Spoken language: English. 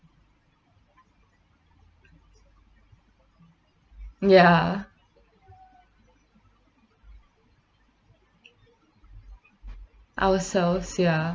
ya ourselves ya